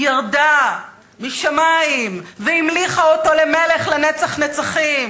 ירדה משמים והמליכה אותו למלך לנצח נצחים,